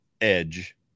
Edge